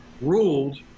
ruled